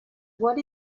what